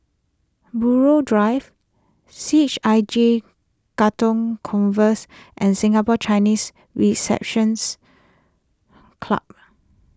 Buroh Drive C H I J Katong converse and Singapore Chinese receptions Club